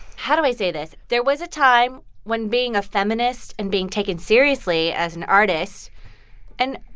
how do i say this? there was a time when being a feminist, and being taken seriously as an artist and,